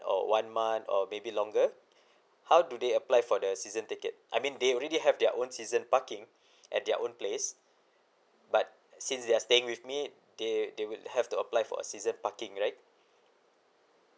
or one month or maybe longer how do they apply for the season ticket I mean they already have their own season parking at their own place but since they're staying with me they they would have to apply for a season parking right